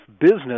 business